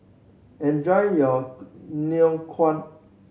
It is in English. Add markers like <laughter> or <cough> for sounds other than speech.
enjoy your <unintelligible> ngoh kuang